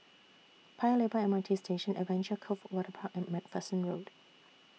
Paya Lebar M R T Station Adventure Cove Waterpark and MacPherson Road